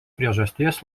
priežasties